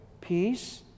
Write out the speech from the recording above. peace